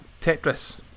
Tetris